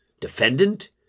defendant